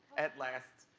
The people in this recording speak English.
at last.